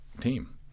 team